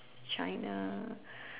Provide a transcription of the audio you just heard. china